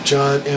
John